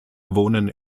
wohnen